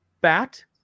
bat